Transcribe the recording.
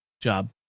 job